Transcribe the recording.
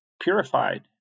purified